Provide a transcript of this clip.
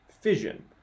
fission